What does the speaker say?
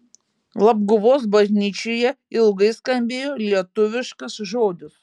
labguvos bažnyčioje ilgai skambėjo lietuviškas žodis